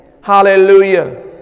Hallelujah